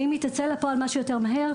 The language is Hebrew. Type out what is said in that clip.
ואם היא תצא לפועל מה שיותר מהר,